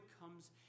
comes